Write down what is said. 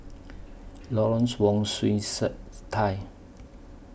Lawrence Wong Shyun Third Tsai